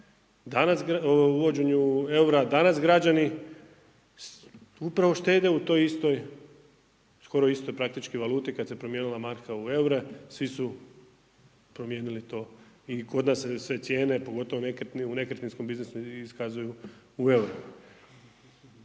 danas, o uvođenju, eura, danas građani upravo štede u toj istoj, skoro istoj praktički valuti kada se promijenila marka u eure, svi su promijenili to i kod nas se sve cijene, pogotovo u nekretninskom biznisu iskazuju u eurima.